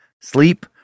Sleep